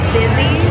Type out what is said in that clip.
busy